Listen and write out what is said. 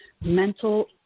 mental